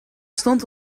stond